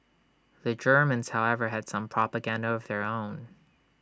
the Germans however had some propaganda of their own